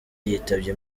yitabye